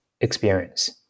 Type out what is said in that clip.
experience